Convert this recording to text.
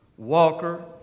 Walker